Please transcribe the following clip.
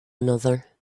another